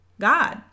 God